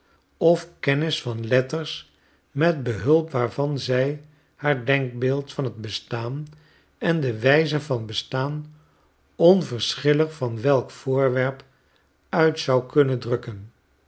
of kennis van letters met behulp waarvan zij haar denkbeeld van t bestaan en de wijze van bestaan onverschillig van welk voorwerp uit zou kunnen drukken